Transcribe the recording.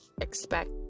expect